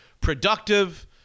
productive